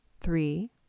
three